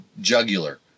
jugular